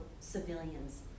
civilians